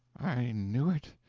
i knew it.